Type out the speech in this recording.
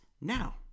now